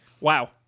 Wow